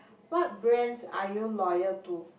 what brands are you loyal to